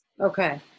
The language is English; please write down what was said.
Okay